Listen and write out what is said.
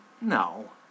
No